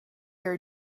are